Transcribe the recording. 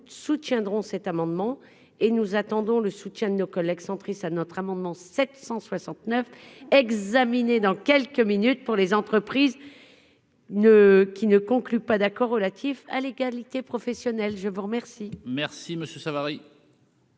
nous soutiendrons cet amendement et nous attendons le soutien de nos collègues centristes à notre amendement 769 examiner dans quelques minutes pour les entreprises ne qui ne conclut pas d'accord relatif à l'égalité professionnelle, je vous remercie.